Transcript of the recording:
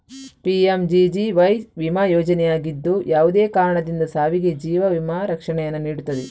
PMGGY ವಿಮಾ ಯೋಜನೆಯಾಗಿದ್ದು, ಯಾವುದೇ ಕಾರಣದಿಂದ ಸಾವಿಗೆ ಜೀವ ವಿಮಾ ರಕ್ಷಣೆಯನ್ನು ನೀಡುತ್ತದೆ